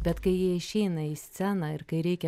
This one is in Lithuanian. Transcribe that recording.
bet kai jie išeina į sceną ir kai reikia